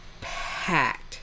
packed